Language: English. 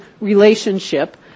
relationship